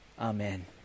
Amen